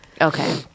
okay